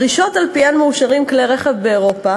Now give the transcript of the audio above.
הדרישות שעל-פיהן מאושרים כלי רכב באירופה